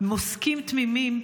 מוסקים תמימים,